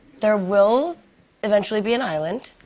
there will eventually be an island.